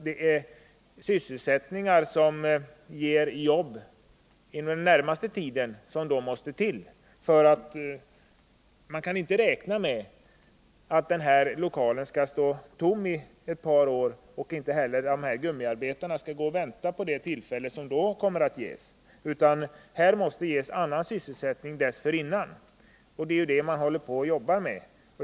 Det är sysselsättningstillfällen som ger jobb inom den närmaste tiden som måste till, för man kan inte räkna med att den här lokalen skall stå tom i ett par år, och inte heller kan man räkna med att gummiarbetarna skall vänta på de arbetstillfällen som då kommer att ges. Här måste skapas annan sysselsättning dessförinnan, och det är ju det man håller på och jobbar med.